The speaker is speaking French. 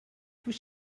tout